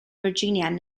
virginian